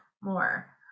more